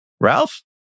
Ralph